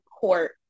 Court